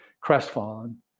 crestfallen